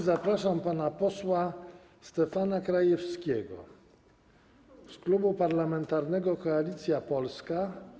Zapraszam pana posła Stefana Krajewskiego z Klubu Parlamentarnego Koalicja Polska.